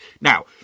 Now